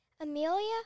Amelia